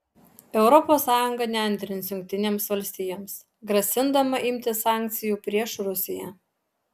europos sąjunga neantrins jungtinėms valstijoms grasindama imtis sankcijų prieš rusiją